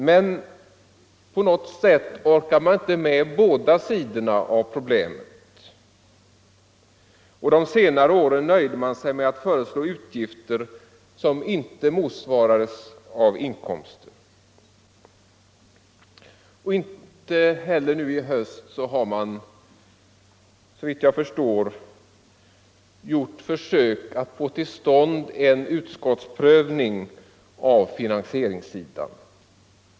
Men på något sätt orkade man inte med båda sidorna av problemet, och de senare åren nöjde man sig med att föreslå utgifter som inte motsvarades av inkomster. Inte heller nu i höst har folkpartiet gjort försök att få till stånd en utskottsprövning av finansieringssidan.